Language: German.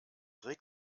regt